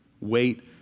Wait